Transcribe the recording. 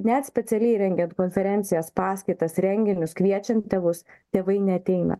net specialiai rengiant konferencijas paskaitas renginius kviečiant tėvus tėvai neateina